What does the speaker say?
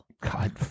God